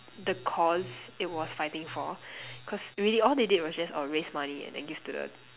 the cause it was fighting for cause really all they did was just oh raise money and then give to the